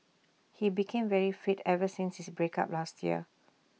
he became very fit ever since his break up last year